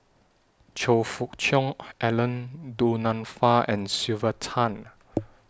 Choe Fook Cheong Alan Du Nanfa and Sylvia Tan